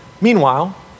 meanwhile